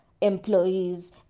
employees